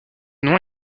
nom